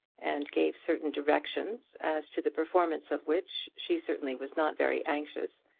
and gave certain directions as to the performance of which she certainly was not very anxious,